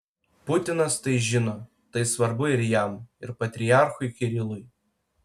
putinas tai žino tai svarbu ir jam ir patriarchui kirilui